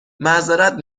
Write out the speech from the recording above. معظرت